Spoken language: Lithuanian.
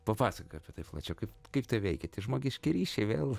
papasakok apie tai plačiau kaip kaip tai veikia tie žmogiški ryšiai vėl